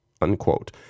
unquote